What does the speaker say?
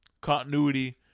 continuity